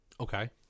Okay